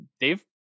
Dave